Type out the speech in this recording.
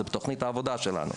זה בתוכנית העבודה שלנו.